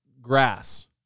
grass